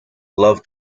love